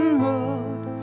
road